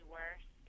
worse